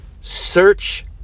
search